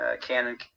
canon